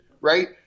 right